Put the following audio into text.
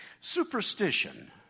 superstition